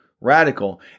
radical